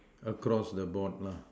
across the board lah